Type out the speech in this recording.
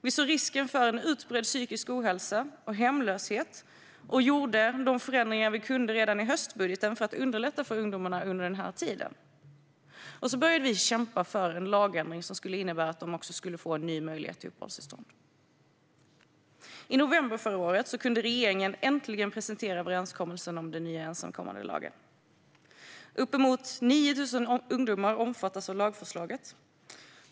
Vi såg risken för en utbredd psykisk ohälsa och hemlöshet och gjorde de förändringar vi kunde redan i höstbudgeten för att underlätta för ungdomarna under den här tiden. Vi började också kämpa för en lagändring som skulle innebära att de även fick en ny möjlighet till uppehållstillstånd. I november förra året kunde regeringen äntligen presentera överenskommelsen om den nya ensamkommandelagen. Uppemot 9 000 ungdomar omfattas av lagförslaget.